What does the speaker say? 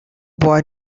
boy